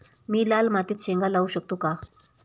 मी लाल मातीत शेंगा लावू शकतो का?